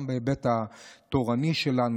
גם בהיבט התורני שלנו,